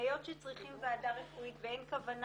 והיות שצריכים ועדה רפואית ואין כוונה